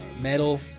metal